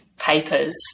papers